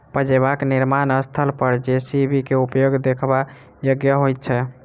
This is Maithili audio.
पजेबाक निर्माण स्थल पर जे.सी.बी के उपयोग देखबा योग्य होइत छै